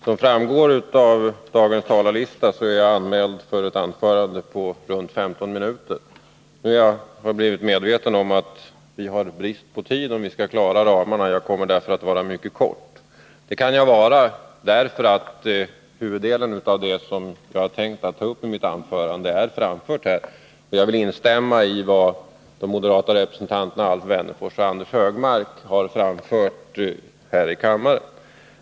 Herr talman! Som framgår av dagens talarlista, är jag anmäld för ett anförande på 15 minuter. Nu är jag medveten om att vi har brist på tid om vi skall klara ramarna, och jag kommer därför att fatta mig mycket kort. Det kan jag göra därför att huvuddelen av det som jag tänkt ta upp i mitt anförande redan är framfört i debatten. Jag vill instämma i vad de moderata representanterna Alf Wennerfors och Anders Högmark har framfört i kammaren.